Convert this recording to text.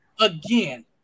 again